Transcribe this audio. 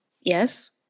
Yes